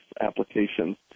applications